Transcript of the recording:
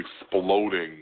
exploding